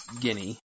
guinea